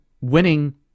winning